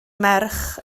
merch